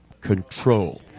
control